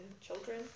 children